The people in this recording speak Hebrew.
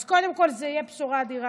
אז קודם כול, זו תהיה בשורה אדירה.